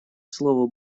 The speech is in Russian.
слово